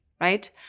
right